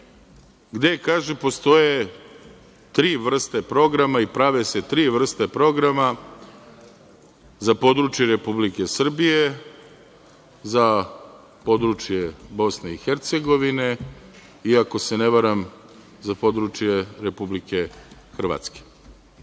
gde postoje tri vrste programa i prave se tri vrste programa za područje Republike Srbije, za područje BiH i, ako se ne varam, za područje Republike Hrvatske.